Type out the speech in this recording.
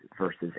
versus